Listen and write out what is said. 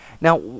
Now